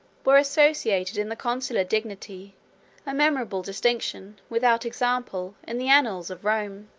were associated in the consular dignity a memorable distinction, without example, in the annals of rome.